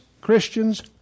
Christians